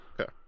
okay